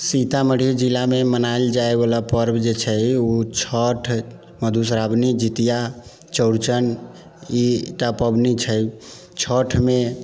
सीतामढ़ी जिलामे मनायल जाइवला पर्व जे छै उ छठ मधुश्रावणी जितिया चौरचन ईटा पाबनी छै छठमे